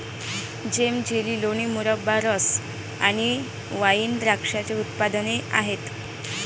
जेम, jelly, लोणी, मुरब्बा, रस आणि वाइन हे द्राक्षाचे उत्पादने आहेत